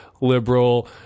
liberal